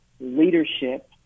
leadership